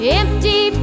empty